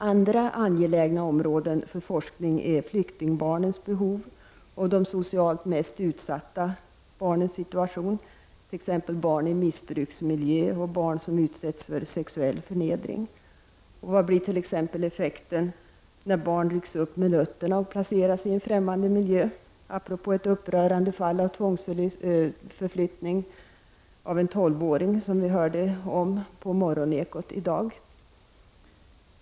Andra angelägna områden för forskning är flyktingbarnens behov och de socialt mest utsatta barnens situation, t.ex. barn i missbruksmiljö och barn som utsätts för sexuell förnedring. Vad blir t.ex. effekten när barn rycks upp med rötterna och placeras i en främmande miljö, apropå ett upprörande fall av tvångsförflyttning av en tolvåring, som vi hörde talas om i Morgonekot i dag?